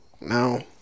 No